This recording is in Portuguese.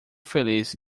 feliz